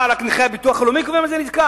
מה, רק נכה הביטוח הלאומי קובע מה זה נזקק?